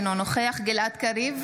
אינו נוכח גלעד קריב,